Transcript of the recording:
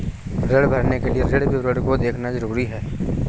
ऋण भरने के लिए ऋण विवरण को देखना ज़रूरी है